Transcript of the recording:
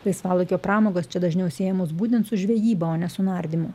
laisvalaikio pramogos čia dažniau siejamos būtent su žvejyba o ne su nardymu